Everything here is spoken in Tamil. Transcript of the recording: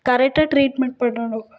கரெக்டாக ட்ரீட்மெண்ட் பண்ணனும்